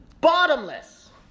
bottomless